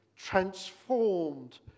transformed